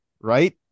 right